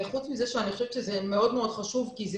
חוץ מזה שאני חושבת שזה מאוד מאוד חשוב כי זה